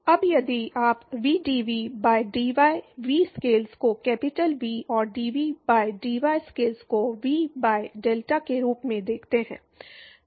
अब यदि आप vdv by dy v scales को कैपिटल वी और dv बाय dy स्केल्स को वी बाय डेल्टा के रूप में देखते हैं